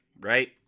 Right